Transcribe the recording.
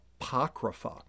apocrypha